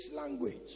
language